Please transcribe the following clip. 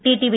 TTV